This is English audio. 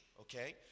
Okay